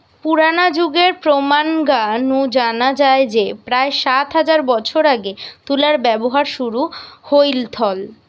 পুরনা যুগের প্রমান গা নু জানা যায় যে প্রায় সাত হাজার বছর আগে তুলার ব্যবহার শুরু হইথল